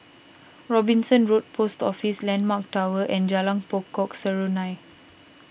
Robinson Road Post Office Landmark Tower and Jalan Pokok Serunai